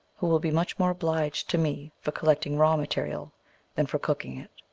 who will be much more obliged to me for collecting raw material than for cooking it.